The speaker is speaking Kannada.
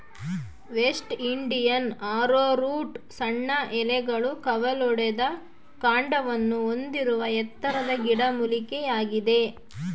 ವೆಸ್ಟ್ ಇಂಡಿಯನ್ ಆರೋರೂಟ್ ಸಣ್ಣ ಎಲೆಗಳು ಕವಲೊಡೆದ ಕಾಂಡವನ್ನು ಹೊಂದಿರುವ ಎತ್ತರದ ಗಿಡಮೂಲಿಕೆಯಾಗಿದೆ